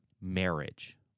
marriage